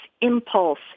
impulse